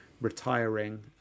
retiring